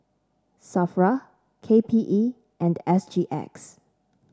Safra K P E and S G X